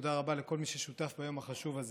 תודה רבה לכל מי ששותף ביום החשוב הזה,